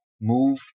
move